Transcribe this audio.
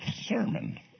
sermon